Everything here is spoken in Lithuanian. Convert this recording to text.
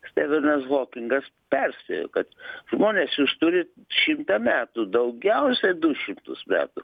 stevenas hokingas perspėjo kad žmonės jūs turit šimtą metų daugiausiai du šimtus metų